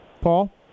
Paul